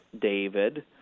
David